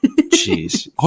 Jeez